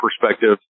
perspective